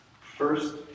first